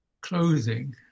clothing